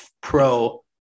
pro